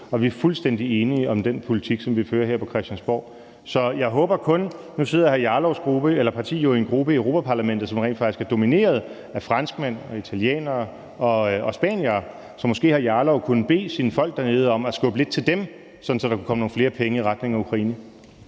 og vi er fuldstændig enige om den politik, som vi fører her på Christiansborg. Nu sidder hr. Rasmus Jarlovs parti jo i en gruppe i Europa-Parlamentet, som rent faktisk er domineret af franskmand og italienere og spaniere, så måske hr. Rasmus Jarlov kunne bede sine folk dernede om at skubbe lidt til dem, sådan at der kunne komme nogle flere penge i retning af Ukraine.